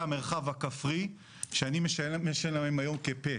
המרחב הכפרי שאני משמש להם היום כפה.